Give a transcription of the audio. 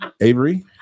Avery